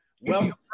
Welcome